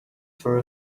for